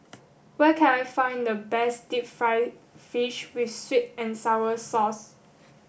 where can I find the best deep fried fish with sweet and sour sauce